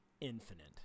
infinite